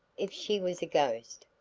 if she was a ghost,